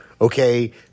Okay